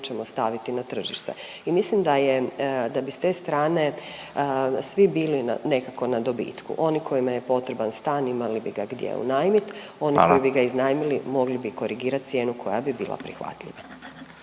ćemo staviti na tržište i mislim da je, da bi s te strane svi bili nekako na dobitku, oni kojima je potreban stan imali bi ga gdje unajmit…/Upadica Radin: Hvala./…oni koji bi ga iznajmili mogli bi korigirat cijenu koja bi bila prihvatljiva.